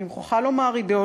אני מוכרחה לומר אידיאולוגיים,